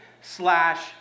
slash